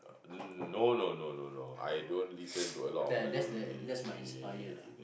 uh no no no no I don't listen to a lot of Malay band